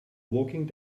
walking